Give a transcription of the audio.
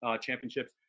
championships